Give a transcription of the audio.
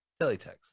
Teletext